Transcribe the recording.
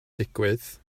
digwydd